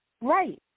Right